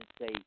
say